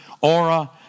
aura